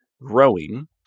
growing